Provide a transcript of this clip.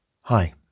Hi